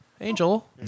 Angel